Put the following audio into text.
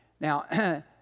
Now